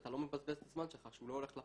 שאתה לא מבזבז את הזמן שלך, שהוא לא הולך לפח.